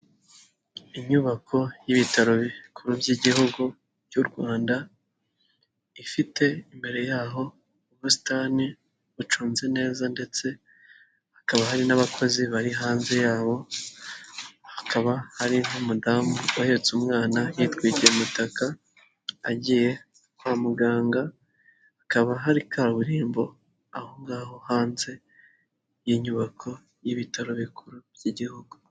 Inyubako y'ibitaro bikuru by'igihugu by'u Rwanda ifite imbere yaho ubusitani bucunze neza ndetse hakaba hari n'abakozi bari hanze ya hakaba hari nk'umudamu uhetse umwana yitwikira umutaka agiye kwa muganga hakaba hari kaburimbo aho ngaho hanze y'inyubako y'ibitaro bikuru by'igihugu.